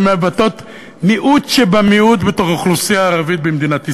שמבטאות מיעוט שבמיעוט בתוך האוכלוסייה הערבית במדינת ישראל.